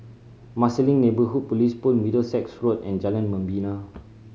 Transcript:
Marsiling Neighbourhood Police Post Middlesex Road and Jalan Membina